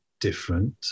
different